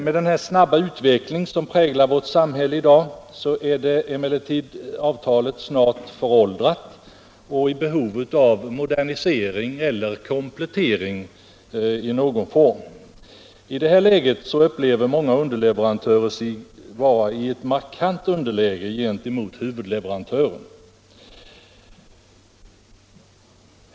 Med den snabba utveckling som präglar vårt samhälle i dag är emellertid avtalet snart nog föråldrat och i behov av modernisering eller komplettering i någon form. Många underleverantörer upplever sig vara i ett markant underläge gentemot huvudleverantören.